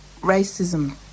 racism